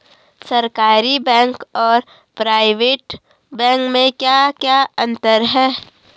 सरकारी बैंक और private bank में क्या क्या अंतर हैं?